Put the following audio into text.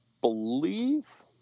believe